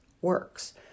works